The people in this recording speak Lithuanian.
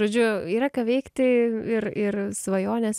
žodžiu yra ką veikti ir ir svajonės